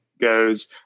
goes